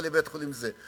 לבית-החולים הזה,